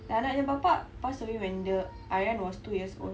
the anak punya bapa passed away when the aryan was two years old